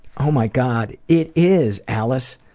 oh my god, it is, alice!